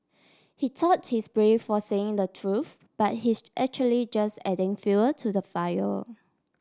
he thought he's brave for saying the truth but he's actually just adding fuel to the fire